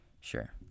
Sure